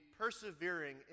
persevering